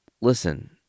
listen